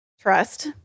Trust